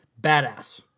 badass